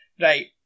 right